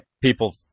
People